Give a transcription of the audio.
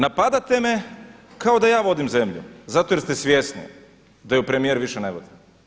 Napadate me kao da ja vodim zemlju zato jer ste svjesni da ju premijer više ne vodi.